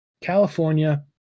California